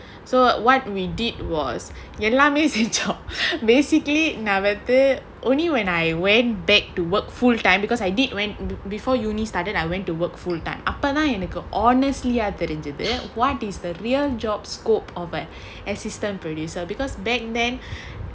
so what we did was எல்லாமே செஞ்சோம்:ellamae senjom basically நாவந்து:naavanthu only when I went back to work full time because I did went before university started I went to work full time அப்பதான் எனக்கு:appathan enakku honestly ah தெரிஞ்சது:terinchatu what is the real job scope of an assistant producer because back then